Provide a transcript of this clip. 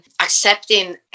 accepting